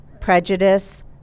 prejudice